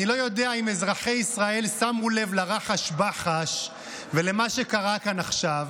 אני לא יודע אם אזרחי ישראל שמו לב לרחש-בחש ולמה שקרה כאן עכשיו.